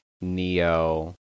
Neo